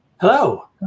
Hello